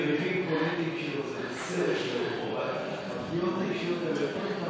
הפניות האישיות האלה כל פעם,